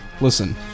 Listen